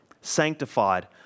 sanctified